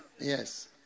Yes